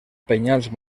penyals